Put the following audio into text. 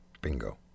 bingo